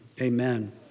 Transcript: amen